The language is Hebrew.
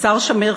השר שמיר,